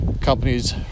Companies